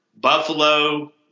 Buffalo